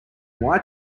white